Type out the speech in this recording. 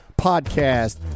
podcast